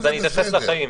אז אני אתייחס לחיים.